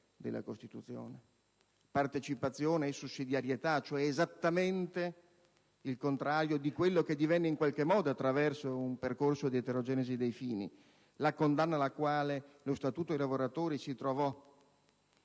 della Costituzione, partecipazione e sussidiarietà: cioè esattamente il contrario di quella che divenne in qualche modo, attraverso un percorso di eterogenesi dei fini, la condanna nella quale lo Statuto dei lavoratori si trovò